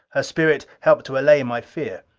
her spirit helped to allay my fear.